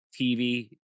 tv